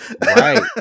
Right